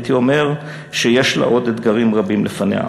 הייתי אומר שיש לה עוד אתגרים רבים לפניה